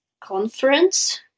conference